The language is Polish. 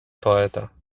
poeta